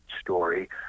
story